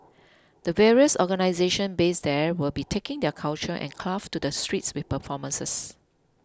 the various organisations based there will be taking their culture and crafts to the streets with performances